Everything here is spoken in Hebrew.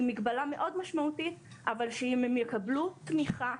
עם מגבלה מאוד משמעותית אבל שאם הם יקבלו תמיכה,